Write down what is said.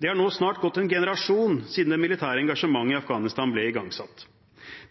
Det har nå snart gått en generasjon siden det militære engasjementet i Afghanistan ble igangsatt.